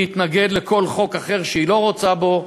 להתנגד לכל חוק אחר שהיא לא רוצה בו,